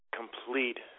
complete